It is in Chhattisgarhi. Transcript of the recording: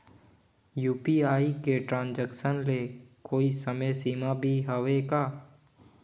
यू.पी.आई के ट्रांजेक्शन ले कोई समय सीमा भी हवे का?